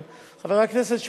יציג את הצעת החוק